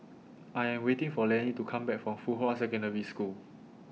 I Am waiting For Lennie to Come Back from Fuhua Secondary School